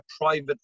private